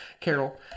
Carol